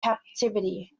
captivity